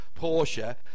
Porsche